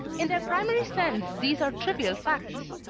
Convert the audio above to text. in their primary sense these are trivial facts,